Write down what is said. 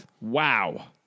Wow